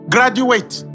Graduate